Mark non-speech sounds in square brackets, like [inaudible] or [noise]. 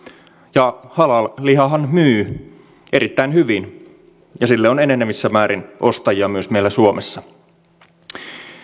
ja halal lihahan myy erittäin hyvin ja sille on enenevissä määrin ostajia myös meillä suomessa [unintelligible] [unintelligible] [unintelligible]